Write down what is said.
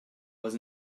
was